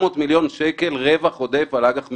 900 מיליון שקל רווח עודף על אג"ח מדינה,